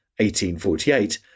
1848